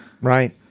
Right